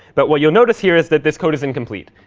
but what you'll notice here is that this code is incomplete.